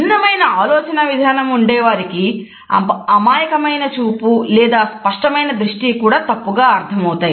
భిన్నమైన ఆలోచనా విధానం ఉండేవారికి అమాయకమైన చూపు లేదా స్పష్టమైన దృష్టి కూడా తప్పుగా అర్థమవుతాయి